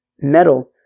metal